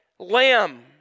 lamb